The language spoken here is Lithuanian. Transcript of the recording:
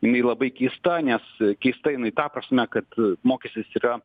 jinai labai keista nes keista jinai ta prasme kad mokestis yra